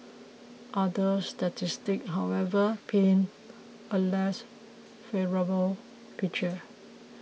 other statistics however paint a less favourable picture